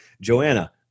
Joanna